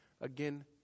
again